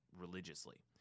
religiously